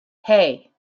hey